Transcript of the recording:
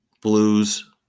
Blues